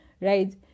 right